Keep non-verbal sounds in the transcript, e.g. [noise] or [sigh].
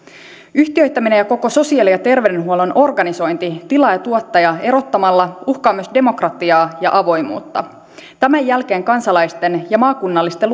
yhtiöittäminen ja koko sosiaali ja terveydenhuollon organisointi tilaaja ja tuottaja erottamalla uhkaa myös demokratiaa ja avoimuutta tämän jälkeen kansalaisten ja maakunnallisten [unintelligible]